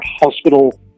hospital